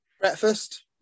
Breakfast